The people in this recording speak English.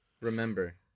Remember